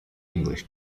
english